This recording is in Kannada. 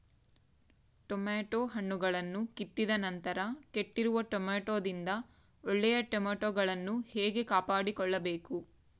ಟೊಮೆಟೊ ಹಣ್ಣುಗಳನ್ನು ಕಿತ್ತಿದ ನಂತರ ಕೆಟ್ಟಿರುವ ಟೊಮೆಟೊದಿಂದ ಒಳ್ಳೆಯ ಟೊಮೆಟೊಗಳನ್ನು ಹೇಗೆ ಕಾಪಾಡಿಕೊಳ್ಳಬೇಕು?